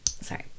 Sorry